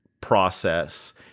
process